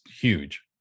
huge